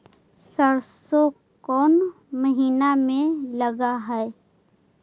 सरसों कोन महिना में लग है?